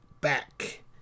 back